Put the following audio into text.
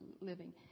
living